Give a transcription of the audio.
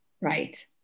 right